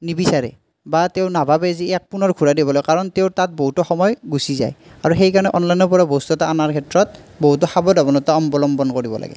নিবিচাৰে বা তেওঁ নাভাবে যে ইয়াক পুনৰ ঘূৰাই দিবলে কাৰণ তেওঁৰ তাত বহুতো সময় গুছি যায় আৰু সেইকাৰণে অনলাইনৰ পৰা বস্তু এটা অনাৰ ক্ষেত্ৰত বহুতো সাৱধানতা অৱলম্বন কৰিব লাগে